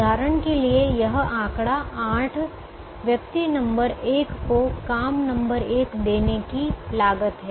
उदाहरण के लिए यह आंकड़ा 8 व्यक्ति नंबर 1 को काम नंबर 1 देने की लागत है